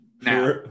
now